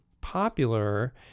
popular